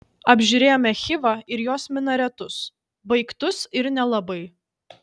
apžiūrėjome chivą ir jos minaretus baigtus ir nelabai